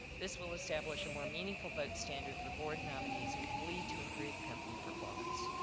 this will establish a more meaningful vote standard for board nominees and could lead to improve company performance.